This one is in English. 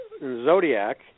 zodiac